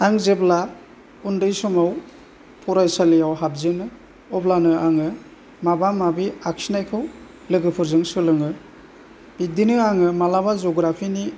आं जेब्ला उन्दै समाव फाराइसालियाव हाबजेनो अब्लानो आङो माबा माबि आखिनायखौ लोगोफोरजों सोलोङो बिदिनो आङो मालाबा जुग्राफिनि